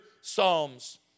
Psalms